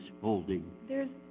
holding